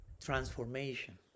transformation